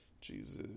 Jesus